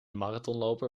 marathonloper